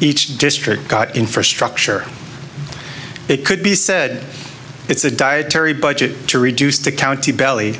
each district got infrastructure they could be said it's a dietary budget to reduce the county belly